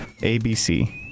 ABC